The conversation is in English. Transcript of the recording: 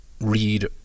read